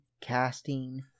casting